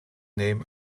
name